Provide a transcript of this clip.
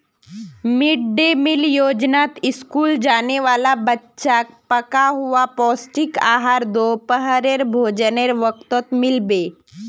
mid day meal योजनात school जाने वाला बच्चाक पका हुआ पौष्टिक आहार दोपहरेर भोजनेर वक़्तत मिल बे